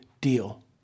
deal